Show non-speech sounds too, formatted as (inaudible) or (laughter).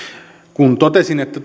kun totesin että (unintelligible)